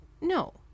No